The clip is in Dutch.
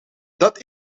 dat